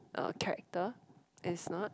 a character it's not